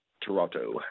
Toronto